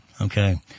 Okay